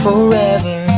Forever